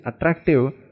attractive